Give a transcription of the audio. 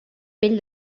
pell